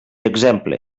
exemple